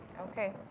Okay